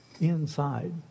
inside